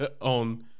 on